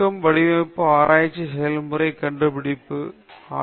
வடிவமைப்பு ஆராய்ச்சி செயல்முறையின் கண்டுபிடிப்பு படைப்பு நிலை